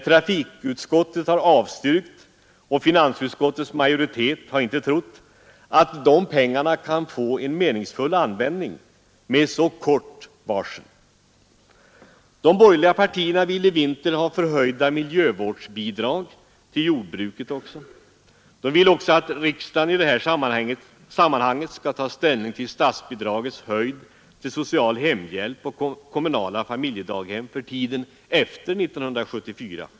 Trafikutskottet har avstyrkt, och finansutskottets majoritet har inte trott att de pengarna kan få en meningsfull användning med så kort varsel. De borgerliga partierna vill i vinter ha förhöjda miljövårdsbidrag också till jordbruket. De vill vidare att riksdagen i det här sammanhanget skall ta ställning till statsbidragets höjd till social hemhjälp och till kommunala familjedaghem för tiden efter 1974.